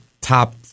top